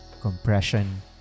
compression